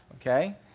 okay